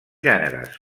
gèneres